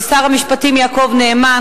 לשר המשפטים יעקב נאמן,